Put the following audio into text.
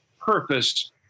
purpose